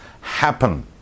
happen